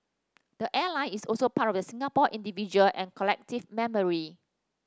the airline is also part of the Singapore individual and collective memory